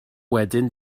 wedyn